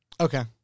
Okay